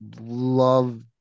love